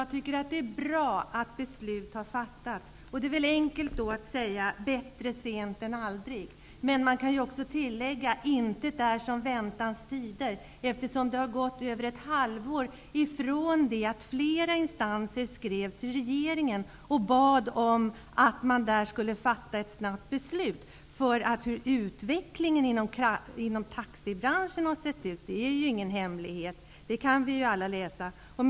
Fru talman! Det är bra att det har fattats ett beslut. Då är det enkelt att säga bättre sent än aldrig. Man kan också tillägga att intet är som väntans tider, eftersom det har gått över ett halvår sedan flera instanser skrev till regeringen och bad om att den skulle fatta ett snabbt beslut. Det är ju ingen hemlighet hur utvecklingen inom taxibranschen ser ut. Det kan vi alla läsa om.